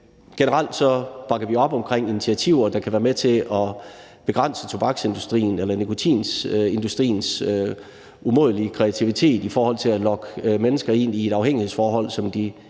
generelt bakker vi op om initiativer, der kan være med til at begrænse tobaksindustriens eller nikotinindustriens umådelige kreativitet i forhold til at lokke mennesker ind i et afhængighedsforhold, som de